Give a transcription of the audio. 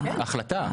ההחלטה?